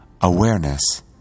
awareness